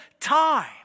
time